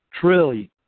trillion